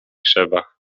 krzewach